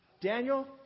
Daniel